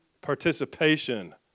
participation